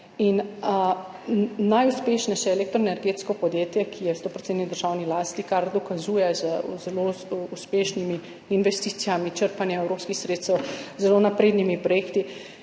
najuspešnejše elektroenergetsko podjetje, ki je v 100-odstotni državni lasti, kar dokazuje z zelo uspešnimi investicijami črpanja evropskih sredstev, z zelo naprednimi projekti.